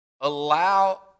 allow